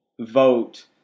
vote